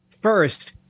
first